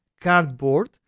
cardboard